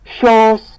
shows